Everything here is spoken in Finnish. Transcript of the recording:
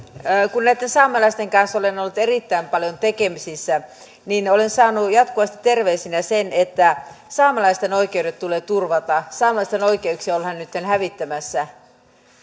kun näiden saamelaisten kanssa olen ollut erittäin paljon tekemisissä niin olen saanut jatkuvasti terveisinä sen että saamelaisten oikeudet tulee turvata saamelaisten oikeuksia ollaan nytten hävittämässä